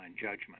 judgment